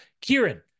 Kieran